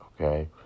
okay